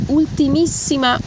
ultimissima